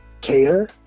care